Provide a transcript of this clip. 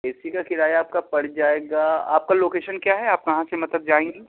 اے C کا کرایہ آپ کا پڑ جائے گا آپ کا لوکیشن کیا ہے آپ کہاں سے مطلب جائیں گی